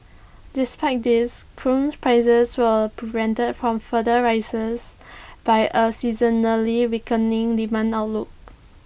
despite this crude prices were prevented from further rises by A seasonally weakening demand outlook